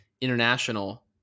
international